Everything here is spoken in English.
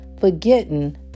forgetting